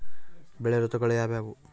ಬೆಳೆ ಋತುಗಳು ಯಾವ್ಯಾವು?